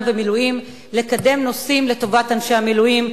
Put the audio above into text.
ומילואים לקדם נושאים לטובת אנשי המילואים,